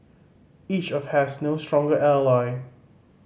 each of has no stronger ally